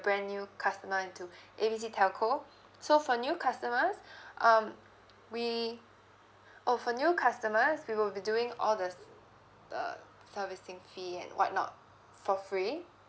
brand new customer to A B C telco so for new customers um we oh for new customers we will be doing all the the servicing free and what not for free